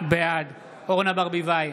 בעד אורנה ברביבאי,